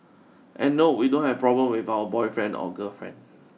and no we don't have problems with our boyfriend or girlfriend